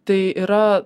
tai yra